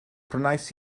prynais